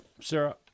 Sarah